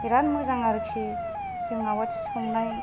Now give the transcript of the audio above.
बिराद मोजां आरोखि जों आवाथि सावनाय